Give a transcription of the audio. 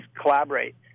collaborate